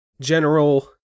general